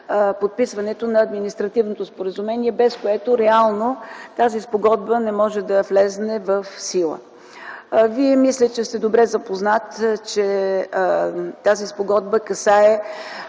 на административното споразумение, без което реално тази спогодба не може да влезе в сила. Мисля, че Вие сте добре запознат, че спогодбата касае